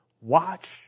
Watch